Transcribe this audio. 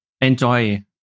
enjoy